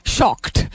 Shocked